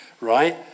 right